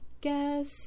guess